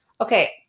Okay